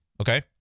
Okay